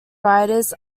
writers